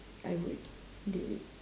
I would delete